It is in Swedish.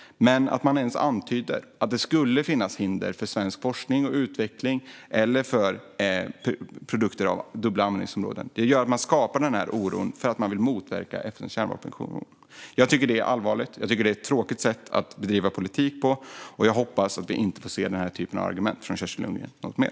Men att ens antyda att det skulle finnas hinder för svensk forskning och utveckling eller för produkter med dubbla användningsområden gör att man skapar en oro för att man vill motverka FN:s kärnvapenkonvention. Jag tycker att detta är allvarligt, och jag tycker att det är ett tråkigt sätt att bedriva politik. Jag hoppas att vi inte får höra denna typ av argument från Kerstin Lundgren mer.